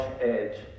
edge